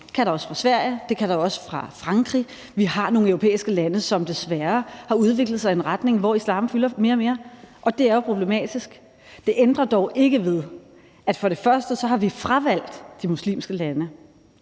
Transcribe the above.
Det kan der også fra Sverige, og det kan der også fra Frankrig. Vi har nogle europæiske lande, som desværre har udviklet sig i en retning, hvor islam fylder mere og mere, og det er jo problematisk. Det ændrer dog ikke ved, at vi for det første har fravalgt de muslimske lande.